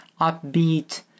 upbeat